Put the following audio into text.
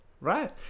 Right